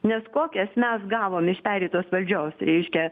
nes kokias mes gavom iš pereitos valdžios reiškia